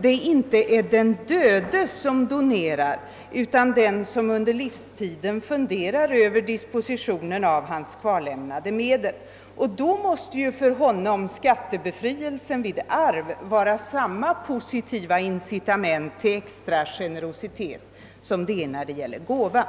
det inte är den döde som donerar, utan den som under livstiden funderar över dispositionen av sina kvarlämnade medel. För honom måste ju skattebefrielse vid arv vara samma positiva incitament till extra generositet som skattebefrielse för gåva.